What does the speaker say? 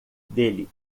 dele